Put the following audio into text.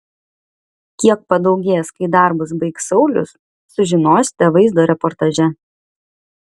kiek padaugės kai darbus baigs saulius sužinosite vaizdo reportaže